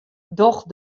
doch